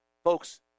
Folks